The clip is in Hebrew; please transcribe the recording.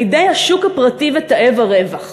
לידי השוק הפרטי תאב הרווח.